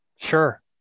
sure